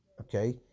okay